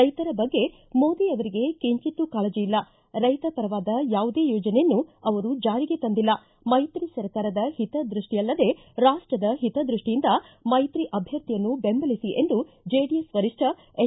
ರೈತರ ಬಗ್ಗೆ ಮೋದಿ ಅವರಿಗೆ ಕಿಂಚಿತ್ತೂ ಕಾಳಜಿ ಇಲ್ಲ ರೈತ ಪರವಾದ ಯಾವುದೇ ಯೋಜನೆಯನ್ನು ಅವರು ಜಾರಿಗೆ ತಂದಿಲ್ಲ ಮೈತ್ರಿ ಸರ್ಕಾರದ ಹಿತದೃಷ್ಷಿಯಲ್ಲದೇ ರಾಷ್ಟದ ಹಿತದೃಷ್ಷಿಯಿಂದ ಮೈತ್ರಿ ಅಭ್ಯರ್ಥಿಯನ್ನು ಬೆಂಬಲಿಸಿ ಎಂದು ಜೆಡಿಎಸ್ ವರಿಷ್ಠ ಎಚ್